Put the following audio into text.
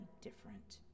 different